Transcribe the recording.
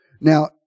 Now